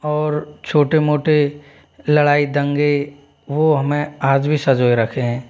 और छोटे मोटे लड़ाई दंगे वो हमें आज भी संजोए रखे हैं